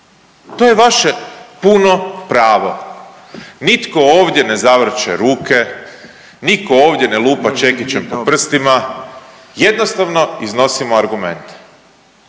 to je vaše puno pravo. Nitko ovdje ne zavrće ruke, niko ovdje ne lupa čekićem po prstima, jednostavno iznosimo argumente.